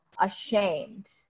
ashamed